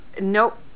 nope